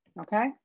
Okay